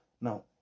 Now